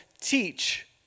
teach